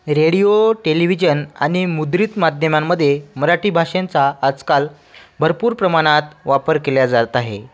radio television आणि मुद्रित माध्यमांमध्ये मराठी भाषेचा आजकाल भरपूर प्रमाणात वापर केला जात आहे